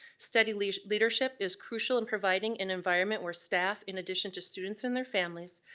steady leadership leadership is crucial in providing an environment where staff, in addition to students and their families,